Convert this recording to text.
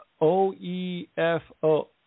O-E-F-O